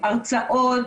משרד הרווחה,